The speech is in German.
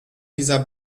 dieser